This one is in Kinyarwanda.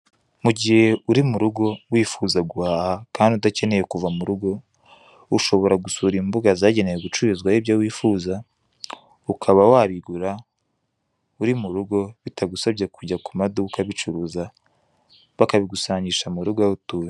Mugihe uri murugo wifuza guhaha kandi udakeneye kuva murugo, ushobora gusura imbuga zagenewe gucururizwaho ibyo wifuza, ukaba wabigura uri murugo bitagusabye kujya kumaduka abicuruza bakabigusangisha murugo aho utuye.